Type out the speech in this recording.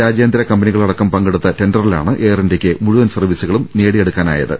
രാജ്യാന്തര കമ്പനികളടക്കം പങ്കെടുത്ത ടെണ്ടറിലാണ് എയർ ഇന്ത്യക്ക് മുഴുവൻ സർവീസുകളും നേടിയെടുക്കാനായത്